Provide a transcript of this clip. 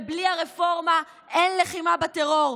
בלי הרפורמה אין לחימה בטרור,